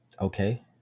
Okay